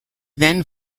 then